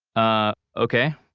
uhh, okay